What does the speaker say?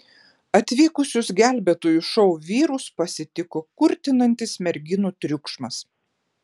atvykusius gelbėtojų šou vyrus pasitiko kurtinantis merginų triukšmas